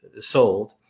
sold